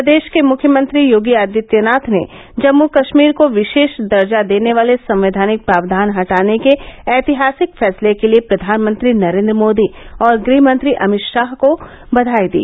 प्रदेश के मुख्यमंत्री योगी आदित्यनाथ ने जम्म कश्मीर को विशेष दर्जा देने वाले संवैधानिक प्रावधान हटाने के ऐतिहासिक फैसले के लिए प्रधानमंत्री नरेन्द्र मोदी और गृहमंत्री अभित शाह को बधाई दी